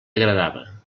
agradava